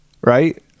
right